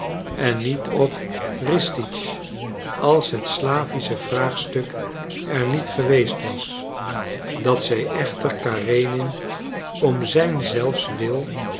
en niet op ristitsch als het slavische vraagstuk er niet geweest was dat zij echter karenin om zijn zelfs wil